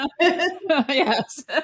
Yes